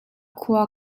khua